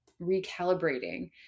recalibrating